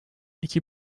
iki